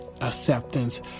acceptance